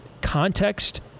context